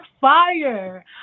fire